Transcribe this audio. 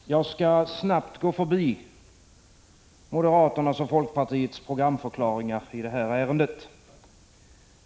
Fru talman! Jag skall snabbt gå förbi moderaternas och folkpartiets programförklaringar i detta ärende.